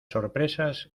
sorpresas